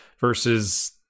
versus